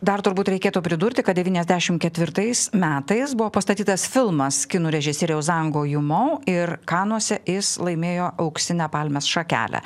dar turbūt reikėtų pridurti kad devyniasdešimt ketvirtais metais buvo pastatytas filmas kinų režisieriaus ango himo ir kanuose jis laimėjo auksinę palmės šakelę